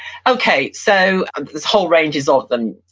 okay, so, this whole range is often,